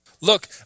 Look